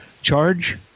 Charge